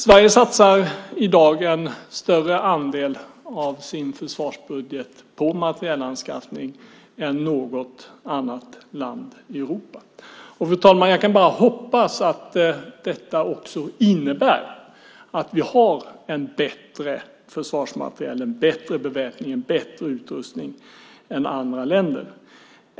Sverige satsar i dag en större andel av sin försvarsbudget på materielanskaffning än något annat land i Europa. Jag kan bara hoppas, fru talman, att detta också innebär att vi har en bättre försvarsmateriel, en bättre beväpning och en bättre utrustning än andra länder.